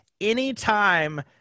anytime